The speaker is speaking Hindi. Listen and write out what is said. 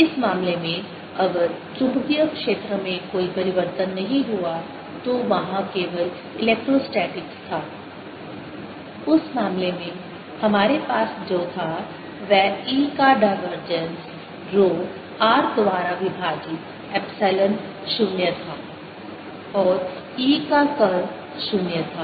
इस मामले में अगर चुंबकीय क्षेत्र में कोई परिवर्तन नहीं हुआ तो वहां केवल इलेक्ट्रोस्टैटिक्स था उस मामले में हमारे पास जो था वह E का डाइवर्जेंस रो r द्वारा विभाजित एप्सिलॉन 0 था और E का कर्ल 0 था